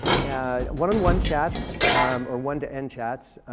and one on one chats or one to end chats,